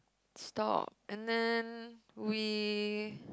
stop and then we